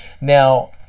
Now